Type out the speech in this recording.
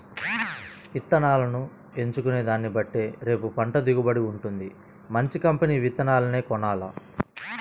ఇత్తనాలను ఎంచుకునే దాన్నిబట్టే రేపు పంట దిగుబడి వుంటది, మంచి కంపెనీ విత్తనాలనే కొనాల